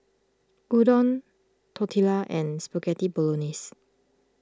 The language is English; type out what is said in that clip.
Udon Tortillas and Spaghetti Bolognese